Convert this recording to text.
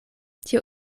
tio